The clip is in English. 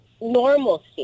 Normalcy